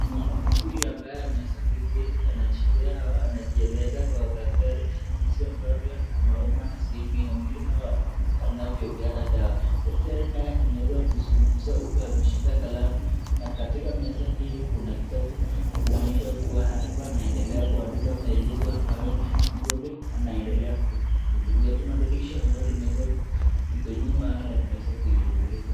Mwanaume huyu ameweza kuketi anajipea au anajieleza kwa daktari jinsi ambavyo anaumwa na sehemu ya mwil au jinsi anavyo fwata dawa, daktari naye anaeza kuzungumza huku akishika kalamu na katika katika meza hio kuna kitabu inanonyesha kuwa alikuwa anaedelea kundakika maelezo ambaye mgonjwa anaedelea kumhudumia, kuna dirisha ambalo iko nyuma na imweza kufungulika.